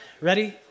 Ready